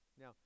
Now